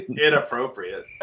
Inappropriate